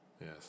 Yes